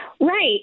Right